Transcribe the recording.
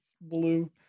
blue